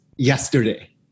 yesterday